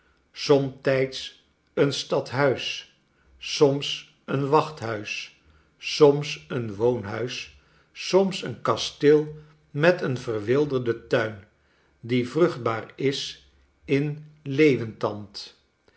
somtijds een stadhuis soms een wachthuis soms een woonhuis soms een kasteel met een verwilderden tuin die vruchtbaar is in leeuwentand